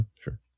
sure